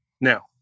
Now